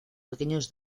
pequeños